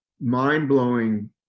mind-blowing